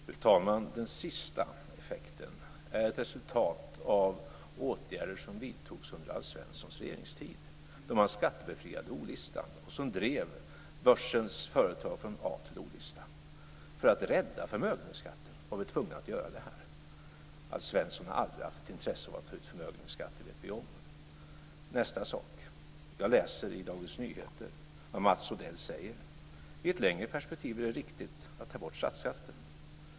Fru talman! Den sista effekten är ett resultat av åtgärder som vidtogs under Alf Svenssons regeringstid, då man skattebefriade o-listan, som drev börsens företag från a till o-listan. För att rädda förmögenhetsskatten var vi tvungna att göra detta. Alf Svensson har aldrig haft ett intresse av att ta ut förmögenhetsskatt; det vet vi om. Jag läser i Dagens Nyheter vad Mats Odell säger: I ett längre perspektiv är det riktigt att ta bort statsskatten.